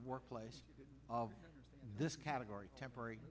workplace of this category temporary